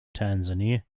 tanzania